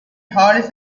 hollis